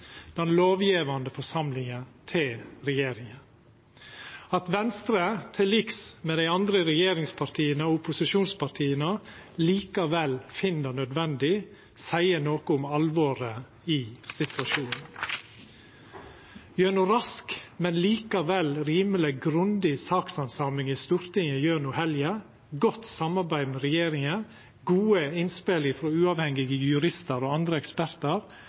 den lovgjevande forsamlinga – til regjeringa. At Venstre til liks med dei andre regjeringspartia og opposisjonspartia likevel finn det nødvendig, seier noko om alvoret i situasjonen. Gjennom rask, men likevel rimeleg grundig sakshandsaming i Stortinget gjennom helga, godt samarbeid med regjeringa, gode innspel frå uavhengige juristar og andre ekspertar,